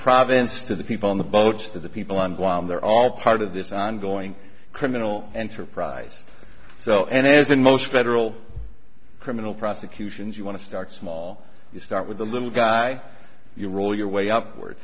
province to the people in the boats to the people and while they're all part of this ongoing criminal enterprise so and as in most federal criminal prosecutions you want to start small you start with the little guy you roll your way up w